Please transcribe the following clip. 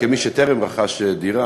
כמי שטרם רכש דירה,